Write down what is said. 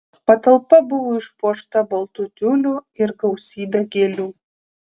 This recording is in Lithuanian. patalpa buvo išpuošta baltu tiuliu ir gausybe gėlių